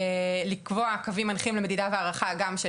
לקבוע קווים מנחים למדידת הערכה גם של